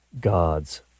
God's